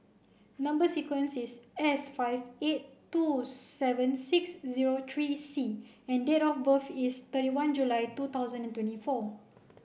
number sequence is S five eight two seven six zero three C and date of birth is thirty one July two thousand and twenty four